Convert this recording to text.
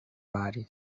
body